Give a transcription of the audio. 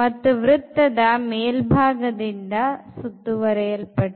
ಮತ್ತು ವೃತ್ತದ ಮೇಲ್ಭಾಗದಿಂದ ಸುತ್ತುವರೆಯಲ್ಪಟ್ಟಿದೆ